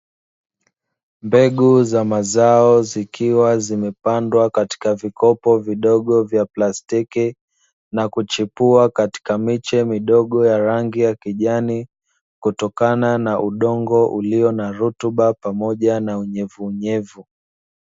Mbegu za mazao zikiwa zimepandwa katika vikopo vidogo vya plastiki, na kuchipua katika miche midogo ya rangi ya kijani, kutokana na udongo ulio na rutuba pamoja na unyevuunyevu.